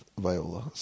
Viola